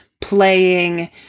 playing